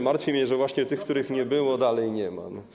Martwi mnie, że właśnie tych, których nie było, dalej nie ma.